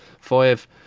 five